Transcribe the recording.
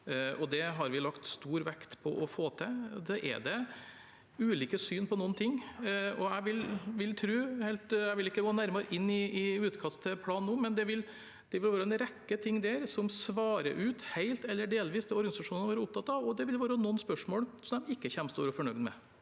Det har vi lagt stor vekt på å få til. Det er ulike syn på noen ting. Jeg vil ikke gå nærmere inn i utkastet til plan nå, men det vil være en rekke ting der som svarer ut, helt eller delvis, det organisasjonene har vært opptatt av, og det vil være noen spørsmål de ikke kommer til å være fornøyd med